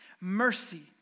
mercy